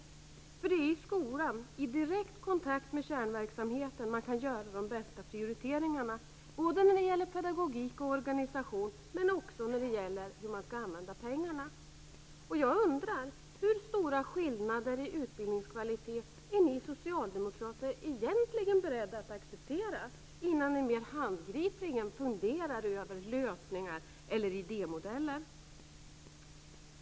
Det är ju i skolan, i direkt kontakt med kärnverksamheten, som man kan göra de bästa prioriteringarna när det gäller pedagogik och organisation men också när det gäller hur man skall använda pengarna. Jag undrar hur stora skillnader i utbildningskvalitet ni socialdemokrater egentligen är beredda att acceptera innan ni mer handgripligen funderar över lösningar eller idémodeller.